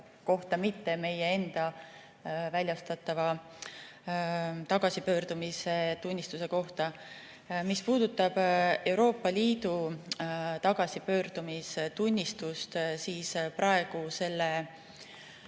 kohta, mitte meie enda väljastatava tagasipöördumistunnistuse kohta. Mis puudutab Euroopa Liidu tagasipöördumistunnistust, siis praegu selle